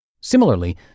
Similarly